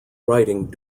writing